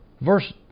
Verse